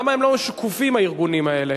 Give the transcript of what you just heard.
למה הם לא שקופים הארגונים האלה?